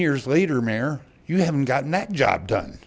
years later mayor you haven't gotten that job done